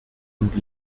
und